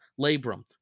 labrum